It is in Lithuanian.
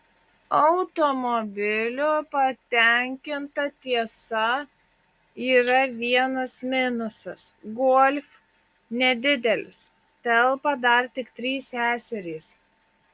automobiliu patenkinta tiesa yra vienas minusas golf nedidelis telpa dar tik trys seserys